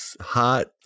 hot